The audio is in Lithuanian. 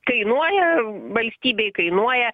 kainuoja valstybei kainuoja